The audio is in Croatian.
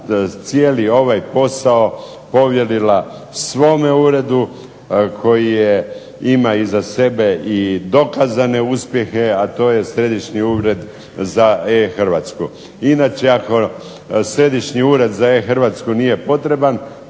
cijeli ovaj posao povjerila svome uredu koji ima iza sebe i dokazane uspjehe, a to je Središnji ured za e-Hrvatsku. Inače, ako Središnji ured za e-Hrvatsku nije potreban,